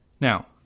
Now